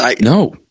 No